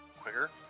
quicker